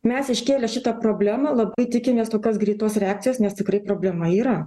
mes iškėlę šitą problemą labai tikimės tokios greitos reakcijos nes tikrai problema yra